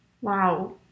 Wow